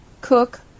Cook